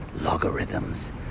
Logarithms